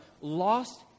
lost